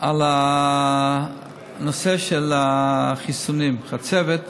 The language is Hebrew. לנושא של החיסונים לחצבת,